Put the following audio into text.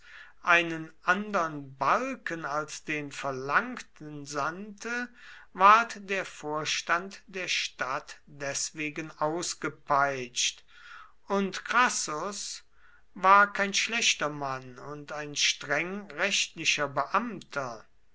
einen andern balken als den verlangten sandte ward der vorstand der stadt deswegen ausgepeitscht und crassus war kein schlechter mann und ein streng rechtlicher beamter